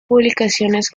publicaciones